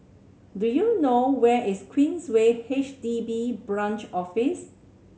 do you know where is Queensway H D B Branch Office